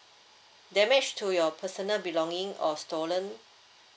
damage to your personal belonging or stolen